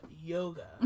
yoga